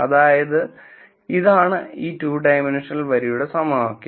അതായതു ഇതാണ് ഈ റ്റു ഡയമെൻഷണൽ വരിയുടെ സമവാക്യം